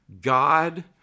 God